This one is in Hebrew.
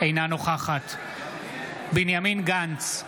אינה נוכחת בנימין גנץ,